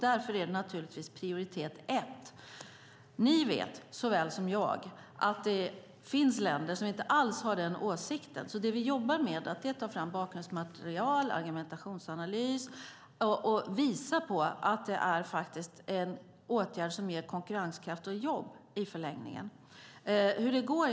Därför är det prioritet ett. Men ni vet såväl som jag att det finns länder som inte alls har den åsikten. Vi jobbar därför med att ta fram bakgrundsmaterial och argumentationsanalys för att visa att det är en åtgärd som i förlängningen ger konkurrenskraft och jobb. Hur det går?